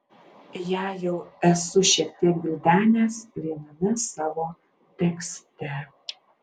ją jau esu šiek tiek gvildenęs viename savo tekste